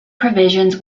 provisions